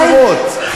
היא שוברת שורות.